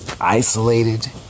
isolated